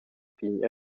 pign